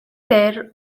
there